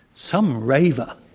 some raver.